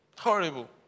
Horrible